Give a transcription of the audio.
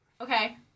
Okay